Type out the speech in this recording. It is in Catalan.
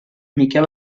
miquel